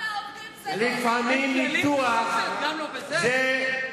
לפעמים ניתוח, גם לא בזה?